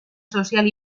social